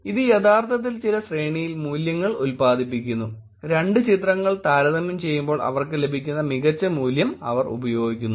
ഇത് യഥാർത്ഥത്തിൽ ചില ശ്രേണിയിൽ മൂല്യങ്ങൾ ഉൽപാദിപ്പിക്കുന്നു രണ്ട് ചിത്രങ്ങൾ താരതമ്യം ചെയ്യുമ്പോൾ അവർക്ക് ലഭിക്കുന്ന മികച്ച മൂല്യം അവർ ഉപയോഗിക്കുന്നു